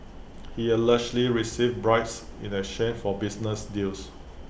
he allegedly received bribes in A shame for business deals